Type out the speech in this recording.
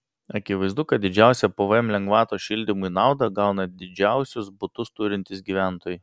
akivaizdu kad didžiausią pvm lengvatos šildymui naudą gauna didžiausius butus turintys gyventojai